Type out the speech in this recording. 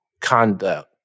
conduct